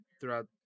throughout